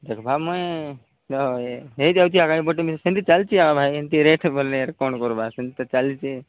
ଦେଖିବା ମୁଇଁ ଦେଖ ହୋଇଯାଉଛି ଆଗାମୀ ସେମତି ଚାଲିଛି ଆଉ ଏମିତି ରେଟ୍ ବୋଲେ କ'ଣ କରିବା ସେମତି ତ ଚାଲିଛି